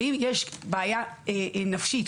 שאם יש בעיה נפשית,